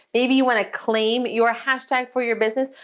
maybe you want to claim your hashtag for your business,